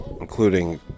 Including